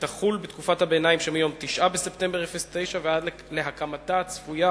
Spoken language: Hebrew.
שתחול בתקופת הביניים שמיום 9 בספטמבר 2009 ועד להקמתה הצפויה